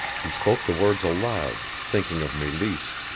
he spoke the words aloud, thinking of meleese.